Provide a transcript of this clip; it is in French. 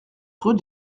rue